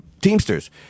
Teamsters